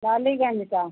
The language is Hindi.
डालीगंज का